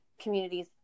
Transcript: communities